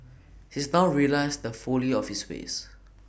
he's now realised the folly of his ways